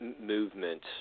movement